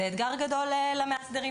זה אתגר גדול למאסדרים.